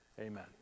Amen